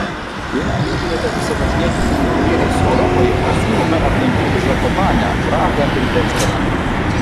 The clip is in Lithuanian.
jei norėtumėte pasivažinėti funikulieriais europoje siūlome aplankyti zakopanę prahą ir dresdeną